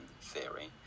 Theory